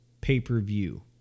pay-per-view